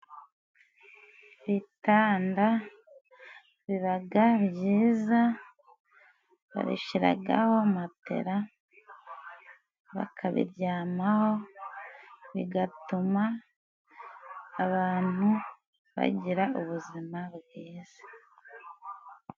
Ibitanda bibaga byiza ;babishiragaho matera bakabiryamaho bigatuma abantu bagira ubuzima bwiza.